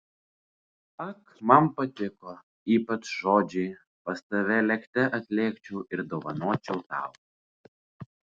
ak man patiko ypač žodžiai pas tave lėkte atlėkčiau ir dovanočiau tau